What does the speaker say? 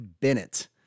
Bennett